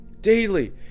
daily